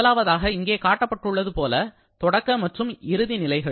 முதலாவதாக இங்கே காட்டப்பட்டுள்ளது போல தொடக்க மற்றும் இறுதி நிலைகள்